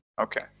Okay